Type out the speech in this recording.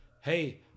hey